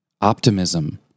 Optimism